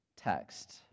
text